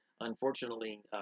Unfortunately